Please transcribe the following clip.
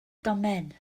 domen